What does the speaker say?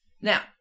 Now